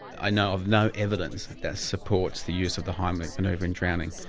i know of no evidence that supports the use of the heimlich manoeuvre in drowning.